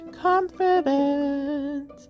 confident